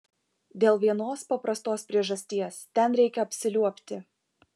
dėl vienos paprastos priežasties ten reikia apsiliuobti